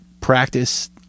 practice